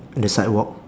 at the sidewalk